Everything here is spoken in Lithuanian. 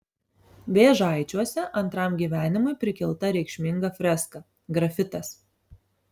vėžaičiuose antram gyvenimui prikelta reikšminga freska grafitas